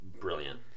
brilliant